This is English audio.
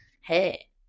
Hey